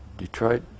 Detroit